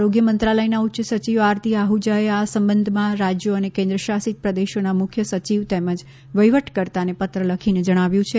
આરોગ્ય મંત્રાલયનાં ઉચ્ય સચિવ આરતી આહજાએ આ સંબંધમાં રાજ્યો અને કેન્દ્રશાસિત પ્રદેશોનાં મુખ્ય સચિવ તેમજ વહીવટીકર્તાને પત્ર લખીને જણાવ્યું છે